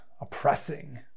oppressing